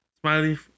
Smiley